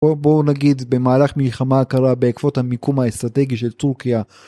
בואו נגיד במהלך מלחמה קרה בעקבות המיקום האסטרטגי של טורקיה